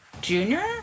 Junior